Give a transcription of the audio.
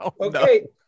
Okay